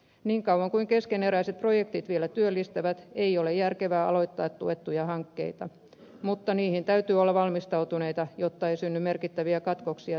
niin kauan kuin keskeneräiset projektit vielä työllistävät ei ole järkevää aloittaa tuettuja hankkeita mutta niihin täytyy olla valmistautuneita jotta ei synny merkittäviä katkoksia työllistymisessä